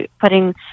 putting